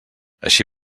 així